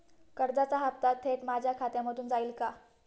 कर्जाचा हप्ता थेट माझ्या खात्यामधून जाईल का?